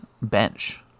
Bench